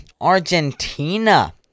Argentina